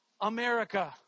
America